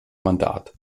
mandat